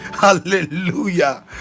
Hallelujah